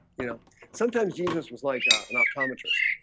you know sometimes jesus was like god an optometrist